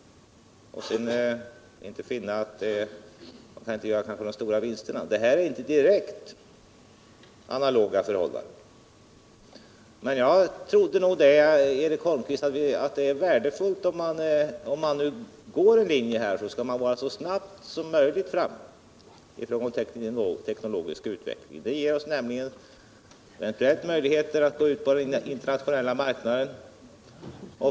Då kanske han finner att det inte går att göra några stora vinster. Den beskrivningen är inte direkt analog med vad som gäller här, men jag tror nog, Eric Holmqvist, att om man går på en viss linje så gäller det att gå fram så snabbt som möjligt i fråga om teknologisk utveckling. Det ger oss nämligen eventuellt möjligheter att gå ut på den internationella marknaden.